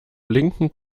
blinken